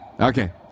Okay